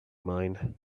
mind